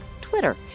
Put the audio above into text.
Twitter